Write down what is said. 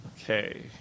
Okay